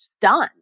done